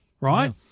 Right